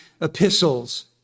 epistles